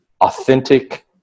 Authentic